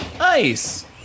ice